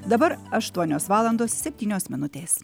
dabar aštuonios valandos septynios minutės